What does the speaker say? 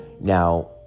Now